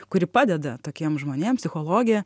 kuri padeda tokiem žmonėm psichologė